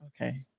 okay